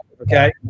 okay